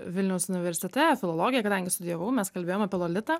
vilniaus universitete filologiją kadangi studijavau mes kalbėjom apie lolitą